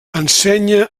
ensenya